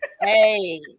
Hey